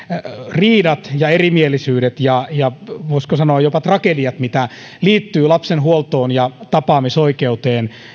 riidat ja erimielisyydet ja ja voisiko sanoa jopa tragediat mitä liittyy lapsen huoltoon ja tapaamisoikeuteen